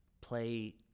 play